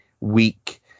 weak